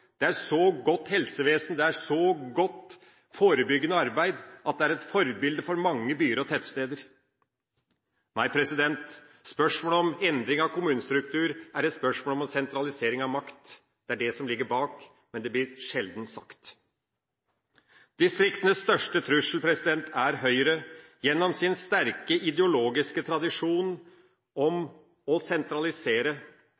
det er godt helsevesen, og det gjøres et så godt forebyggende arbeid at det er et forbilde for mange byer og tettsteder. Nei, spørsmålet om endring av kommunestruktur er et spørsmål om sentralisering av makt. Det er det som ligger bak, men det blir sjeldent sagt. Distriktenes største trussel er Høyre – gjennom sin sterke, ideologiske tradisjon